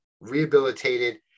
rehabilitated